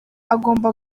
agomba